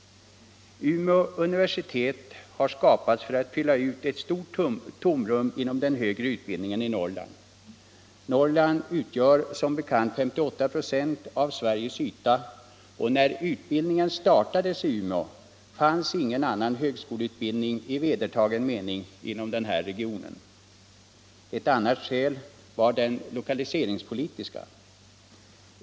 Universitetet har skapats för att fylla ut ett stort tomrum inom den högre utbildningen i Norrland. Norrland utgör som bekant 58 96 av Sveriges yta, och när utbildningen startades i Umeå fanns ingen annan högskoleutbildning i vedertagen mening inom denna region. Ett annat skäl var det lokaliseringspolitiska.